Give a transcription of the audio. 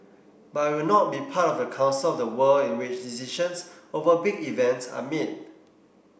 but it'll not be part of the council of the world in which decisions over big events are made